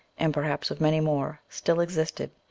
and perhaps of many more, still existed,